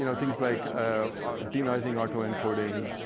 you know things like de-noising, auto encoding,